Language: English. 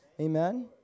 Amen